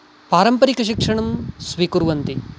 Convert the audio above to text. पारम्परिकशिक्षणं स्वीकुर्वन्ति